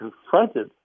confronted